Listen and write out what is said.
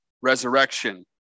resurrection